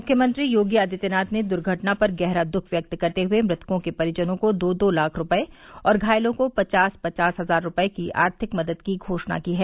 मुख्यमंत्री योगी आदित्यनाथ ने दुर्घटना पर गहरा दुःख व्यक्त करते हुए मृतकों के परिजनों को दो दो लाख रूपये और घायलों को पचास पचास हजार रूपये की आर्थिक मदद की घोषणा की हैं